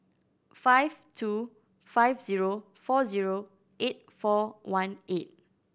five two five zero four zero eight four one eight